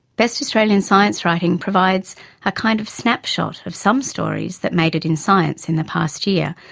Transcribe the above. best australian science writing provides a kind of snapshot of some stories that made it in science in the past year,